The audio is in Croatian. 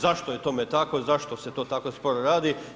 Zašto je tome tako, zašto se to tako sporo radi?